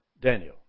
Daniel